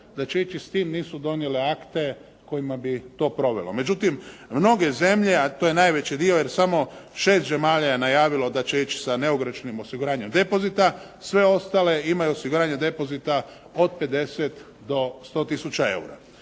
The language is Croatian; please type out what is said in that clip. da će ići s tim, nisu donijele akte kojima bi to provelo. Međutim, mnoge zemlje a to je najveći dio jer samo šest zemalja je najavilo da će ići sa neograničenim osiguranjem depozita, sve ostale imaju osiguranje depozita od 50 do 100 tisuća eura.